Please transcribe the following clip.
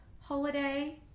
holiday